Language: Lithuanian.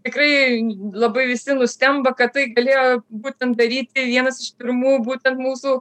tikrai labai visi nustemba kad tai galėjo būtent daryti vienas iš pirmų būtent mūsų